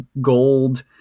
gold